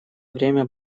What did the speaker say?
время